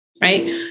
right